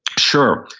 sure.